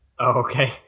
Okay